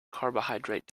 carbohydrate